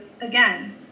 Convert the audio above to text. again